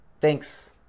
thanks